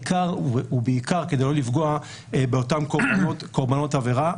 בעיקר כדי לא לפגוע בקורבנות העברה.